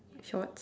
short~